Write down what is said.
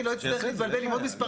אם לא השיב, הוא יפעל בהתאם למידע שיש.